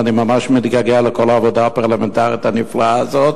ואני ממש מתגעגע לכל העבודה הפרלמנטרית הנפלאה הזאת,